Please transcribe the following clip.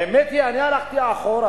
האמת היא, אני הלכתי אחורה.